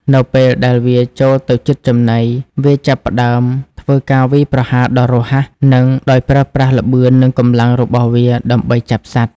នៅពេលដែលវាចូលទៅជិតចំណី វាចាប់ផ្តើម ធ្វើការវាយប្រហារដ៏រហ័ស និងដោយប្រើប្រាស់ល្បឿន និងកម្លាំងរបស់វាដើម្បីចាប់សត្វ។